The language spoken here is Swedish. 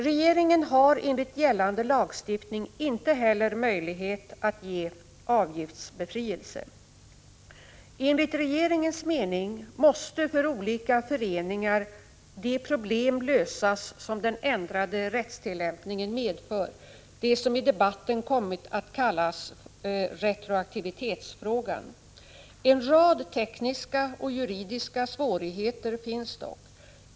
Regeringen har enligt gällande lagstiftning inte heller möjlighet att ge avgiftsbefrielse. Enligt regeringens mening måste för olika föreningar de problem lösas som den ändrade rättstillämpningen medför, det som i debatten kommit att kallas retroaktivitetsfrågan. En rad tekniska och juridiska svårigheter finns dock.